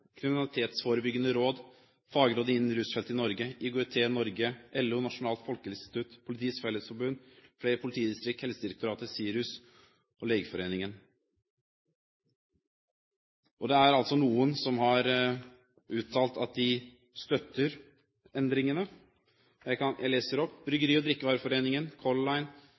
kriminalitetsforebyggende råd, Fagrådet innen Rusfeltet i Norge, IOGT Norge, LO, Nasjonalt folkehelseinstitutt, Politiets Fellesforbund, flere politidistrikt, Helsedirektoratet, SIRUS og Legeforeningen. Det er noen som har uttalt at de støtter endringene. Jeg nevner Bryggeri- og drikkevareforeningen, Color Line,